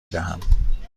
دهم